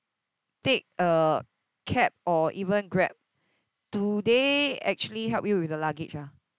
take a cab or even grab do they actually help you with the luggage ah